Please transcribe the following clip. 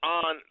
on